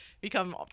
become